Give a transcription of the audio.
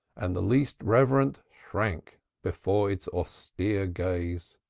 and the least reverent shrank before its austere gaze.